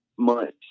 months